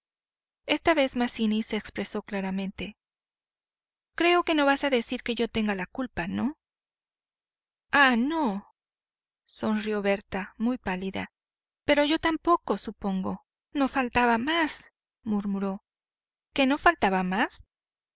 esta vez mazzini se expresó claramente creo que no vas a decir que yo tenga la culpa no ah no se sonrió berta muy pálida pero yo tampoco supongo no faltaba más murmuró qué no faltaba más